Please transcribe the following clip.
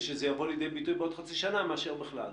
ושזה יבוא לידי ביטוי בעוד חצי שנה מאשר בכלל לא.